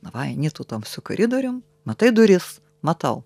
na va eini tu tamsiu koridorium matai duris matau